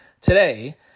today